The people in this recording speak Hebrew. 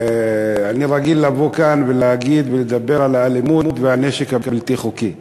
אני רגיל לבוא כאן ולהגיד ולדבר על האלימות והנשק הבלתי-חוקי.